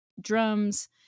drums